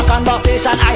Conversation